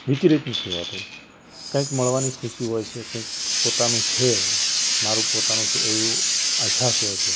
વિચલિત નથી હોતું કઇંક મળવાની ખુશી હોય છે કંઇક પોતાનું છે મારું પોતાનું છે એવું અહેસાસ હોય છે